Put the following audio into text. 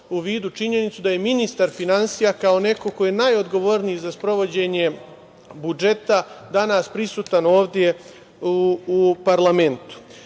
u vidu činjenicu da je ministar finansija, kao neko ko je najodgovorniji za sprovođenje budžeta, danas prisutan ovde u parlamentu. Što